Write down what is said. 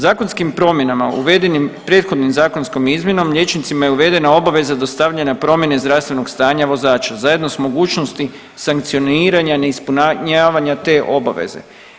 Zakonskim promjenama uvedenim prethodnom zakonskom izmjenom liječnicima je uvedena obveza dostavljanja promjene zdravstvenog stanja vozača zajedno s mogućnosti sankcioniranja i neispunjavanja te obveze.